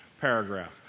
paragraph